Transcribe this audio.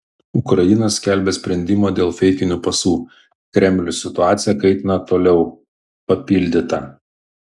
ukraina skelbia sprendimą dėl feikinių pasų kremlius situaciją kaitina toliau papildyta